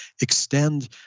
extend